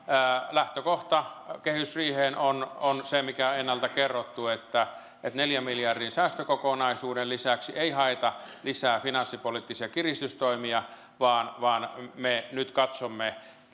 lähtökohta kehysriiheen on on se mikä on ennalta kerrottu että että neljän miljardin säästökokonaisuuden lisäksi ei haeta lisää finanssipoliittisia kiristystoimia vaan vaan me nyt katsomme